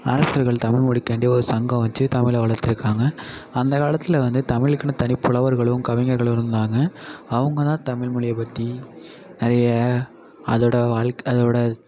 அரசர்கள் தமிழ் மொழிக்காண்டி ஒரு சங்கம் வெச்சு தமிழை வளத்திருக்காங்க அந்த காலத்தில் வந்து தமிழுக்குன்னு தனிப் புலவர்களும் கவிஞர்களும் இருந்தாங்க அவங்க தான் தமிழ் மொழிய பற்றி நிறைய அதோட அதோட